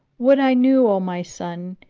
would i knew, o my son,